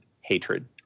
Hatred